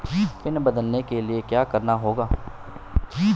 Pin बदलने के लिए क्या करना होगा?